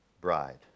bride